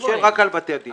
אני שואל רק על בתי הדין.